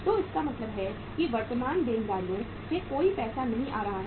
तो इसका मतलब है कि वर्तमान देनदारियों से कोई पैसा नहीं आ रहा है